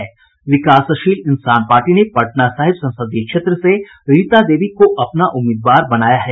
विकासशील इंसान पार्टी ने पटना साहिब संसदीय क्षेत्र से रीता देवी को अपना उम्मीदवार बनाया है